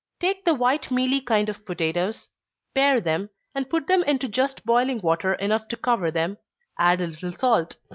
take the white mealy kind of potatoes pare them, and put them into just boiling water enough to cover them add a little salt.